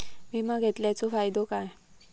विमा घेतल्याचो फाईदो काय?